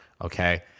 okay